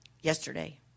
yesterday